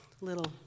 little